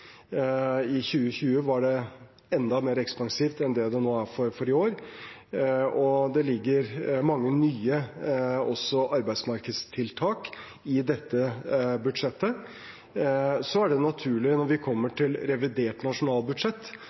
I 2020 var det enda mer ekspansivt enn det er for i år, og det ligger også mange nye arbeidsmarkedstiltak i dette budsjettet. Så er det naturlig når vi kommer til revidert nasjonalbudsjett,